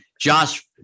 Josh